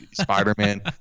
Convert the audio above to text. Spider-Man